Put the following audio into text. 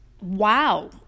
wow